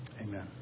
amen